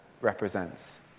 represents